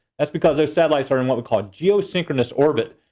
that's because their satellites are in what we call a geosynchronous orbit,